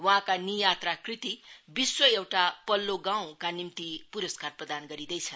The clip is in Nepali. वहाँका नियात्रा कृति विश्व एउटा पल्लो गाउँका निम्ति पुरस्कार प्रदान गरिनेदै छ